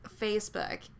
Facebook